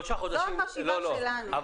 זו החשיבה שלנו.